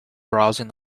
browsing